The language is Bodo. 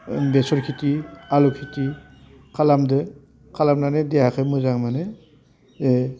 बेसर खेथि आलु खेथि खालामदों खालामनानै देहाखौ मोजां मोनो बे